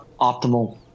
optimal